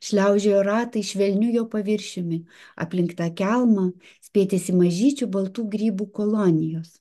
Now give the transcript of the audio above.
šliaužiojo ratai švelniu jo paviršiumi aplink tą kelmą spietėsi mažyčių baltų grybų kolonijos